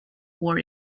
war